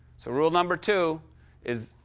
so rule number two is,